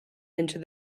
into